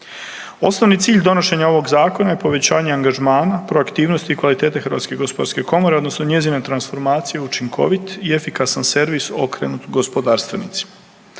Osnovni cilj donošenja ovog zakona je povećanje angažmana, proaktivnosti i kvalitete HGK odnosno njezine transformacije u učinkovit i efikasan servis okrenut gospodarstvenicima.